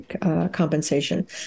compensation